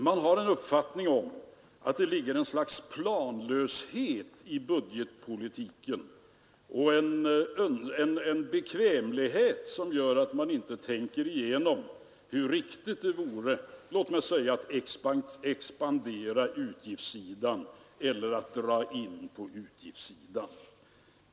Man har en uppfattning att det ligger ett slags planlöshet i budgetpolitiken, en bekvämlighet som gör att man inte tänker igenom hur riktigt det vore att låt mig säga expandera utgiftssidan eller dra in på utgiftssidan.